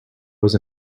was